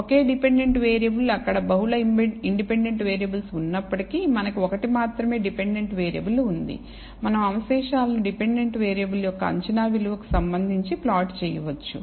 ఒకే dependent variable అక్కడ బహుళ independent variable ఉన్నప్పటికీ మనకు ఒకటి మాత్రమే డిపెండెంట్ వేరియబుల్ ఉంది మనం అవశేషాలను డిపెండెంట్ వేరియబుల్ యొక్క అంచనా విలువ కు సంబంధించి ప్లాట్ చేయవచ్చు